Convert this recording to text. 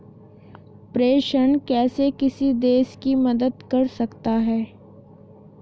प्रेषण कैसे किसी देश की मदद करते हैं?